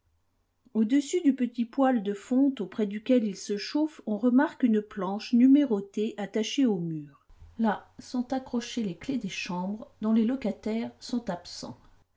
au-dessus du petit poêle de fonte auprès duquel il se chauffe on remarque une planche numérotée attachée au mur là sont accrochées les clefs des chambres dont les locataires sont absents